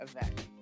event